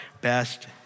best